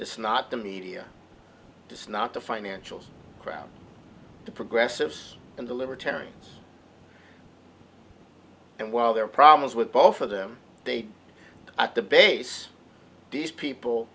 this not the media just not the financial crowd the progressives and the libertarians and while there are problems with both of them they at the base these people